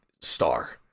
star